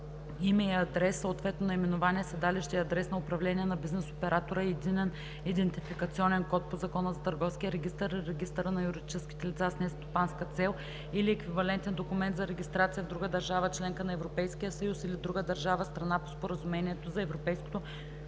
име и адрес, съответно наименование, седалище и адрес на управление на бизнес оператора и единен идентификационен код по Закона за търговския регистър и регистъра на юридическите лица с нестопанска цел или еквивалентен документ за регистрация в друга държава – членка на Европейския съюз, или друга държава – страна по Споразумението за Европейското